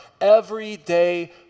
everyday